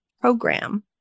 program